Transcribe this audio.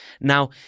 Now